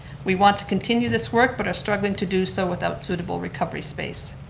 we want to continue this work but are struggling to do so without suitable recovery space.